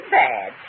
bad